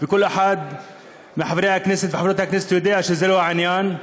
כל אחד מחברי הכנסת וחברות הכנסת יודע שזה לא העניין.